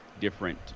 different